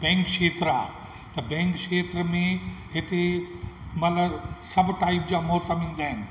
bank क्षेत्र आहे त बैंक क्षेत्र में हिते मतिलबु सभु टाईप जा मोरफ मिलंदा आहिनि